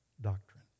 doctrine